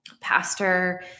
pastor